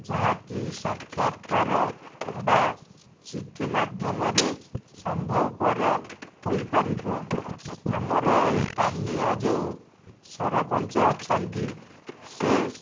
ଯାହାକି ସାକ୍ଷାତକାର ବା ଚିଠି ମାଧ୍ୟମରେ ସମ୍ଭବପର ହୋଇପାରିବ ଆମର ସ୍ଥାନୀୟ ଯେଉଁ ସରପଞ୍ଚ ଅଛନ୍ତି ସେ